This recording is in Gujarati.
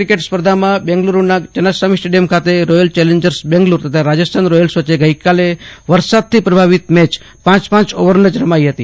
ક્રિકેટ સ્પર્ધામાં બેન્ચ્લુરુના ચેન્નાસ્વામી સ્ટેડીયમ ખાતે રોયલ ચેલેન્જર્સ બેન્ગ્લુડુ તથા રાજસ્થાન રોયલ્સ વચ્ચે ગઈકાલે વરસાદથી પ્રભાવિત મેચ પાંચ પાંચ ઓવર જ રમાઈ હતી